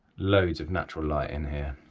loads of natural light in here,